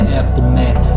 aftermath